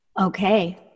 okay